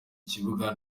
kibuga